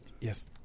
Yes